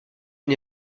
n’y